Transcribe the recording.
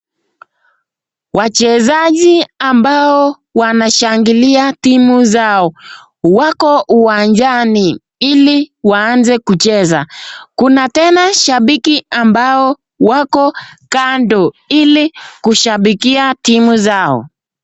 Wachezaji ambao wanashangilia timu zao, wako uwanjani ili waanze kucheza, kuna tena shabiki ambao wako kando ili kushabikia timu zao.